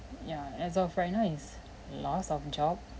as of right now is loss of job